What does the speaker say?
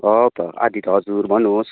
हो त आदित्य हजुर भन्नुहोस्